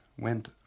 went